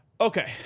Okay